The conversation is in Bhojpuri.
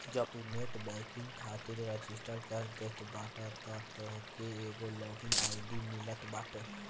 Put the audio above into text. जब तू नेट बैंकिंग खातिर रजिस्टर कर देत बाटअ तअ तोहके एगो लॉग इन आई.डी मिलत बाटे